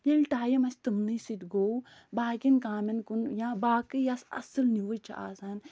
ییٚلہِ ٹایَم اَسہِ تِمنٕے سۭتۍ گوٚو باقِیَن کامٮ۪ن کُن یا باقٕے یۄس اَصٕل نِوٕز چھِ آسان